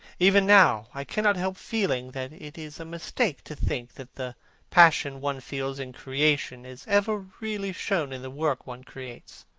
even now i cannot help feeling that it is a mistake to think that the passion one feels in creation is ever really shown in the work one creates.